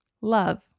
love